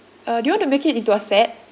uh do you want to make it into a set